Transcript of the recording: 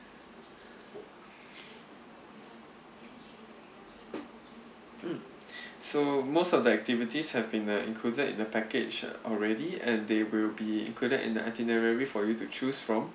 mm so most of the activities have been uh included in the package uh already and they will be included in the itinerary for you to choose from